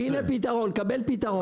הנה פתרון, קבל פתרון.